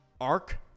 arc